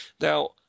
Now